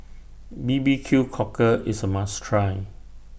B B Q Cockle IS A must Try